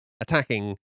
Attacking